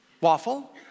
waffle